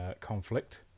Conflict